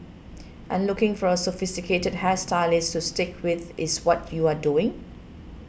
and looking for a sophisticated hair stylist to stick with is what you are doing